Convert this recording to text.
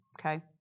Okay